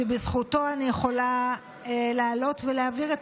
שבזכותו אני יכולה לעלות ולהבהיר את